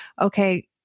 okay